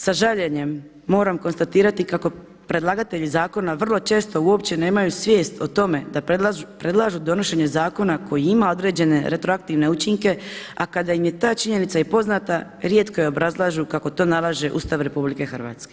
Sa žaljenjem moram konstatirati kako predlagatelji zakona vrlo često uopće nemaju svijest o tome da predlažu donošenje zakona koji ima određene retroaktivne učinke, a kada im je ta činjenica i poznata rijetko je obrazlažu kako to nalaže Ustav RH.